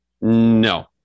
No